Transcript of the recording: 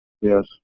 Yes